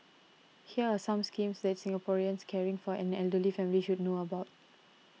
here are some schemes that Singaporeans caring for an elderly family should know about